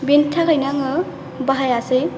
बेनि थाखायनो आङो बाहायासै